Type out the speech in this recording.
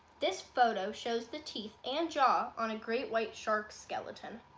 this photo shows the teeth and jaw on a great white shark skeleton.